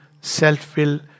self-will